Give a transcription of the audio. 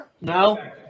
No